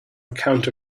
account